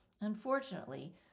unfortunately